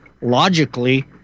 logically